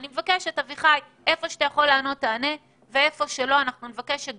אביחי, אני מבקשת.